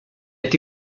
été